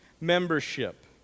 membership